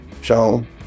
Sean